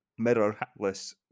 mirrorless